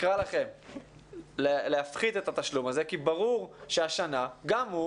נקרא לכם להפחית את התשלום הזה כי ברור שהשנה גם הוא